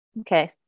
Okay